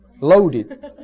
Loaded